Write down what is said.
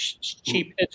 cheap